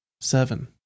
Seven